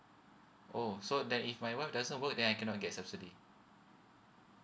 oh so then if my wife doesn't work then I cannot get subsidy